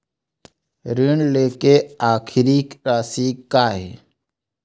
ऋण लेके आखिरी राशि का हे?